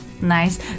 nice